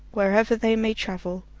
wherever they may travel,